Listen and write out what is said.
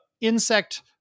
insect